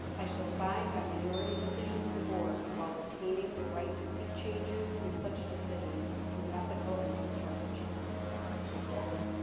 i shall abide by majority decisions of the board while retaining the right to seek changes in such decisions through ethical and constructive channels. all right, so welcome.